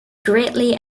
greatly